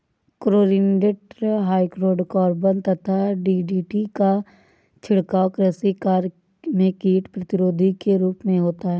chlorinated hydrocarbon यथा DDT का छिड़काव कृषि कार्य में कीट प्रतिरोधी के रूप में होता है